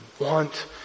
want